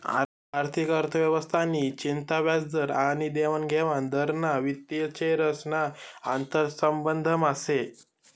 आर्थिक अर्थव्यवस्था नि चिंता व्याजदर आनी देवानघेवान दर ना वित्तीय चरेस ना आंतरसंबंधमा से